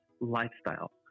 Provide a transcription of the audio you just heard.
Lifestyle